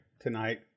tonight